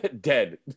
dead